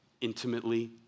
intimately